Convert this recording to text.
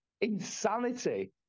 insanity